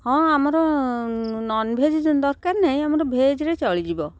ହଁ ଆମର ନନ୍ଭେଜ୍ ଦରକାର ନାହିଁ ଆମର ଭେଜ୍ରେ ଚଳିଯିବ